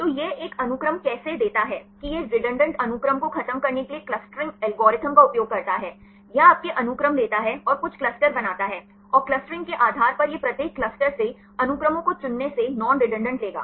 तो यह एक अनुक्रम कैसे देता है कि यह रेडंडान्त अनुक्रम को खत्म करने के लिए एक क्लस्टरिंग एल्गोरिथ्म का उपयोग करता है यह आपके अनुक्रम लेता है और कुछ क्लस्टर बनाता है और क्लस्टरिंग के आधार पर यह प्रत्येक क्लस्टर से अनुक्रमों को चुनने से नॉन रेडंडान्त लेगा